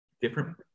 different